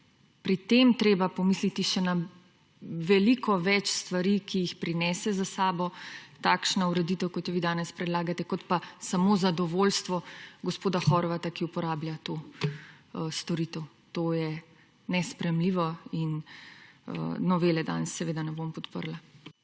pri tem treba pomisliti še na veliko več stvari, ki jih prinese za seboj takšna ureditev kot jo vi danes predlagate, kot pa samo zadovoljstvo gospoda Horvata, ki uporablja to storitev. To je nesprejemljivo in novele danes seveda ne bom podrla.